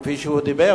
כפי שהוא דיבר,